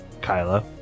Kylo